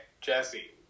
Jesse